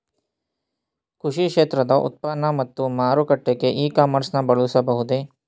ಕೃಷಿ ಕ್ಷೇತ್ರದ ಉತ್ಪನ್ನ ಮತ್ತು ಮಾರಾಟಕ್ಕೆ ಇ ಕಾಮರ್ಸ್ ನ ಬಳಸಬಹುದೇ?